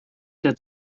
der